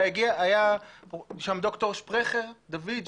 היה שם ד"ר שפרכר דוד,